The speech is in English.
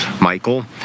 Michael